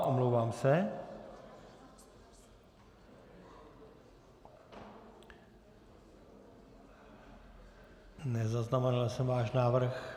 Omlouvám se, nezaznamenal jsem váš návrh.